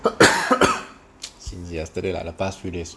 since yesterday lah the past few days